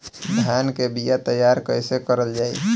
धान के बीया तैयार कैसे करल जाई?